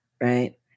Right